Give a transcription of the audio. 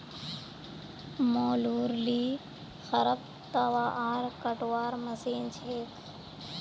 मोलूर ली खरपतवार कटवार मशीन छेक